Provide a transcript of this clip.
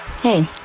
Hey